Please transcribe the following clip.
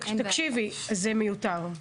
תקשיבי, זה מיותר.